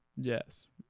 Yes